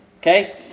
okay